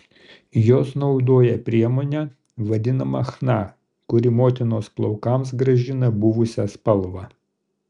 jos naudoja priemonę vadinamą chna kuri motinos plaukams grąžina buvusią spalvą